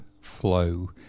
flow